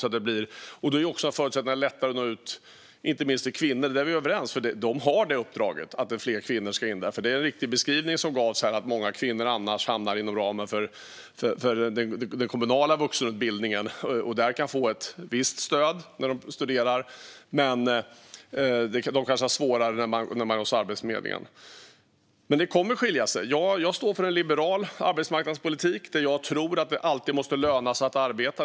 Då är det också bättre förutsättningar att nå ut, inte minst till kvinnor. Där är vi överens. De har det uppdraget - att fler kvinnor ska in där. Det är en riktig beskrivning som gavs här, att många kvinnor annars hamnar inom ramen för den kommunala vuxenutbildningen. Där kan de få ett visst stöd när de studerar, men de kanske har svårare när de är hos Arbetsförmedlingen. Men det kommer att skilja sig. Jag står för en liberal arbetsmarknadspolitik, där jag tror att det alltid måste löna sig att arbeta.